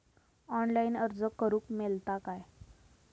Online अर्ज करूक मेलता काय?